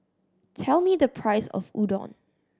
tell me the price of Udon